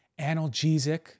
analgesic